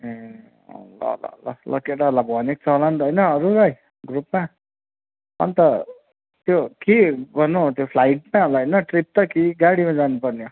ए ल ल ल केटाहरूलाई भनेको छ होला नि त है अरूलाई ग्रुपमा अन्त त्यो के गर्नु हौ त्यो फ्लाइट नै ट्रिप त कि गाडीमा जानुपर्ने